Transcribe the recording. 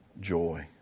joy